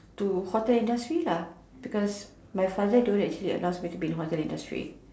to hotel industry lah because my father don't actually allows me to be in hotel industry